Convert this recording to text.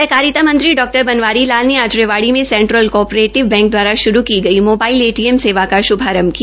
सहकारिता मंत्री डॉ बनवारीलाल ने आज रेवाड़ी में सेंट्रल को ऑपरेटिव बैंक दवारा शुरू की गई मोबाइल एटीएम सेवा का शुभारंभ किया